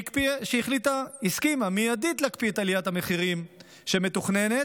היא הסכימה מיידית להקפיא את עליית המחירים המתוכננת.